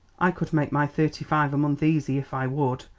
i could make my thirty-five a month easy if i would.